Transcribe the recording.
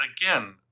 again